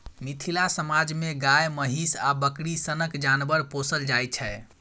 मिथिला समाज मे गाए, महीष आ बकरी सनक जानबर पोसल जाइ छै